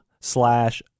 slash